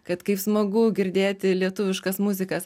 kad kaip smagu girdėti lietuviškas muzikas